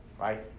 right